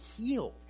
healed